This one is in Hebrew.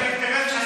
זה אינטרס של ישראל.